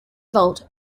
vault